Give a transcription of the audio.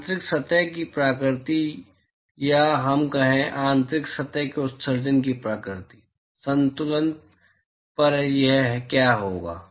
आंतरिक सतह की प्रकृति या हम कहें आंतरिक सतह से उत्सर्जन की प्रकृति संतुलन पर यह क्या होगा